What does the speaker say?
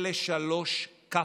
אלה שלוש כאפות.